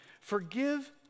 forgive